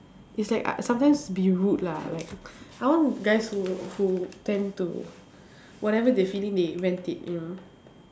it's like I sometimes be rude lah like I want guys who who tend to whatever they feeling they vent it you know